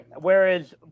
whereas